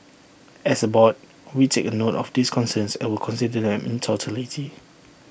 as A board we take note of these concerns and will consider them in totality